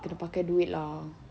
kena pakai duit lah